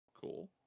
Cool